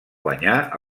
guanyà